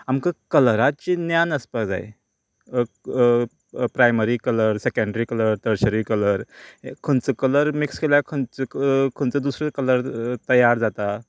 आमकां कलराचें ज्ञान आसपाक जाय primary colour secondary colour tertiary colour खंयचो कलर मिक्स केल्यार खंयच खंयचो दुसरो कलर तयार जाता